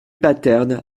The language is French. paterne